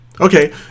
Okay